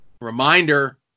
Reminder